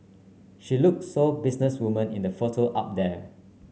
she look so business woman in the photo up there